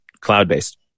cloud-based